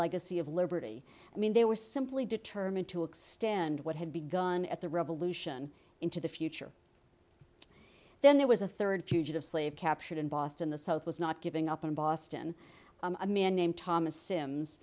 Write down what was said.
legacy of liberty i mean they were simply determined to extend what had begun at the revolution into the future then there was a third fugitive slave captured in boston the south was not giving up on boston a man named thomas sim